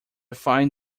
fine